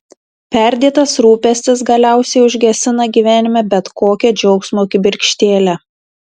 perdėtas rūpestis galiausiai užgesina gyvenime bet kokią džiaugsmo kibirkštėlę